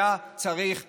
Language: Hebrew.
היה צריך לחסל,